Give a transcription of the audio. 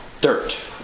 dirt